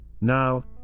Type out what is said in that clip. Now